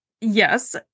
Yes